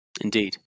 Indeed